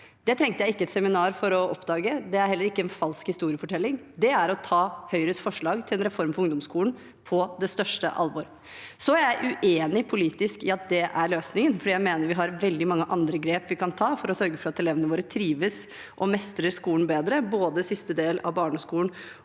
Det trengte jeg ikke et seminar for å oppdage. Det er heller ikke en falsk historiefortelling. Det er å ta Høyres forslag til en reform for ungdomsskolen på det største alvor. Jeg er politisk uenig i at det er løsningen, for jeg mener vi har veldig mange andre grep vi kan ta for å sørge for at elevene våre trives og mestrer skolen bedre, både siste del av barneskolen og